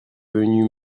venus